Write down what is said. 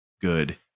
good